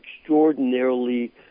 extraordinarily